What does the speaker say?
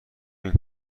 این